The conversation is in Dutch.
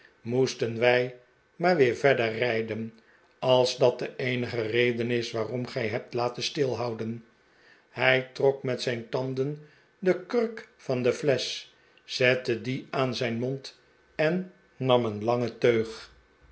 moesten wij maar weer verder rijden als dat de eenige reden is waarom gij hebt laten stilhouden hij trok met zijn tanden de kurk van de flesch zette die aan zijn mond en nam een langen teug